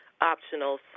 optional